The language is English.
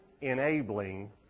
enabling